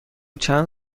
چند